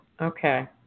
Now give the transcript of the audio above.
Okay